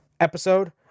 episode